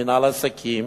במינהל עסקים,